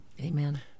Amen